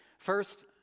First